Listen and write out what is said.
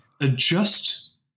adjust